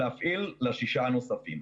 לשישה הנוספים.